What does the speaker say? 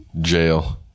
jail